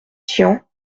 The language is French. tian